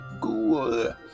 cool